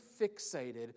fixated